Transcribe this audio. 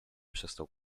przestał